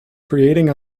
creating